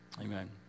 Amen